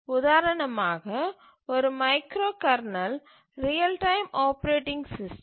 உதாரணமாக ஒரு micro kernel real time operating system